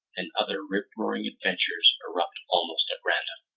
and other rip-roaring adventures erupt almost at random.